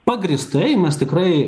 pagrįstai mes tikrai